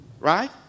Right